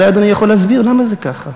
אולי אדוני יכול להסביר למה זה ככה,